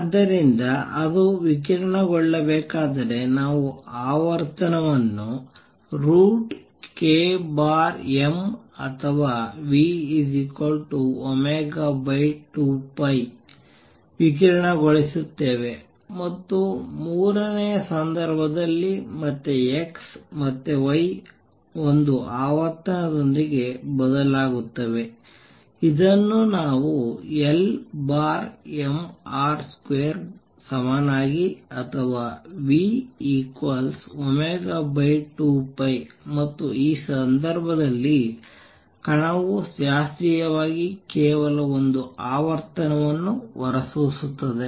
ಆದ್ದರಿಂದ ಅದು ವಿಕಿರಣಗೊಳ್ಳಬೇಕಾದರೆ ನಾವು ಆವರ್ತನವನ್ನು √ ಅಥವಾ ν2π ವಿಕಿರಣಗೊಳಿಸುತ್ತೇವೆ ಮತ್ತು ಮೂರನೆಯ ಸಂದರ್ಭದಲ್ಲಿ ಮತ್ತೆ x ಮತ್ತು y ಒಂದು ಆವರ್ತನದೊಂದಿಗೆ ಬದಲಾಗುತ್ತವೆ ಇದನ್ನು ನಾವು LmR2 ಸಮನಾಗಿ ಅಥವಾ ν2π ಮತ್ತು ಈ ಸಂದರ್ಭದಲ್ಲಿ ಕಣವು ಶಾಸ್ತ್ರೀಯವಾಗಿ ಕೇವಲ ಒಂದು ಆವರ್ತನವನ್ನು ಹೊರಸೂಸುತ್ತದೆ